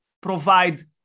provide